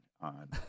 on